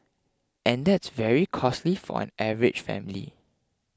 and that's very costly for an average family